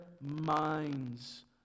minds